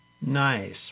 Nice